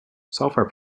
software